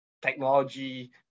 technology